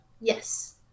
Yes